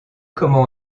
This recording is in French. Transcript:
comment